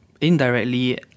indirectly